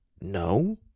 No